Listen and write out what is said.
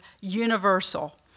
universal